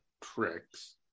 tricks